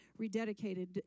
rededicated